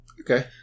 Okay